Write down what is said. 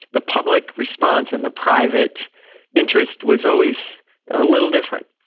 the public response and the private interest was always a little different.